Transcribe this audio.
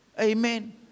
Amen